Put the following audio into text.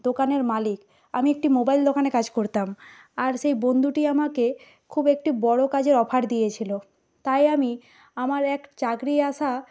দোকানের মালিক আমি একটি মোবাইল দোকানে কাজ করতাম আর সেই বন্ধুটি আমাকে খুব একটি বড় কাজের অফার দিয়েছিল তাই আমি আমার এক চাকরি আসা